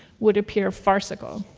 would appear farcical.